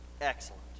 excellent